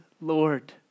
Lord